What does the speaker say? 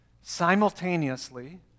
simultaneously